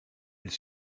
elle